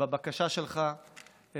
בבקשה שלך,